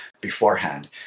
beforehand